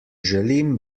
želim